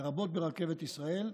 לרבות ברכבת ישראל,